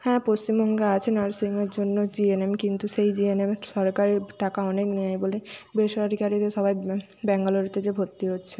হ্যাঁ পশ্চিমবঙ্গে আছে নার্সিংয়ের জন্য জিএনএম কিন্তু সেই জি এন এমের সরকারি টাকা অনেক নেয় বলে বেসরকারিতে সবাই ব্যাঙ্গালোরেতে যেয়ে ভর্তি হচ্ছে